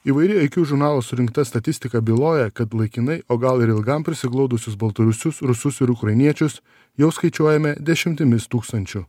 įvairi iq žurnalo surinkta statistika byloja kad laikinai o gal ir ilgam prisiglaudusius baltarusius rusus ir ukrainiečius jau skaičiuojame dešimtimis tūkstančių